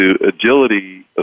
agility